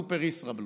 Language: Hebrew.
סופר ישראבלוף.